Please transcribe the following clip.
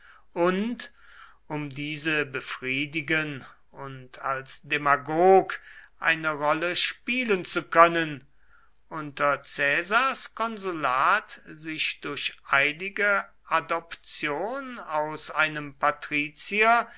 und um diese befriedigen und als demagog eine rolle spielen zu können unter caesars konsulat sich durch eilige adoption aus einem patrizier